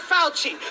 Fauci